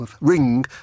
Ring